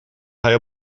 hij